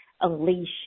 unleash